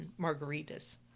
margaritas